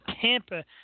Tampa